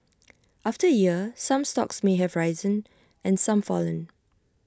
after A year some stocks may have risen and some fallen